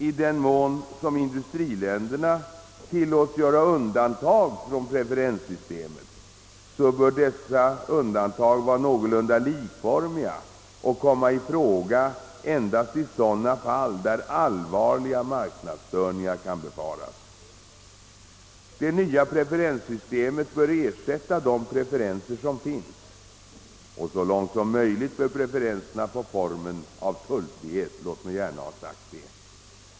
I den mån industriländerna tillåts göra undantag från preferenssystemet bör dessa vara någorlunda likformiga och komma i fråga endast i sådana fall där allvarliga marknadsstörningar kan befaras. Det nya preferenssystemet bör ersätta de preferenser som finns. Så långt som möjligt bör preferensernha få formen av tullfrihet, låt mig få detta sagt.